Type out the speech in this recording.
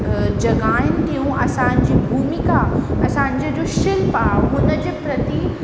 जॻहियुनि खे असांजी भुमिका असांजो शिल्प आहे हुन जे प्रति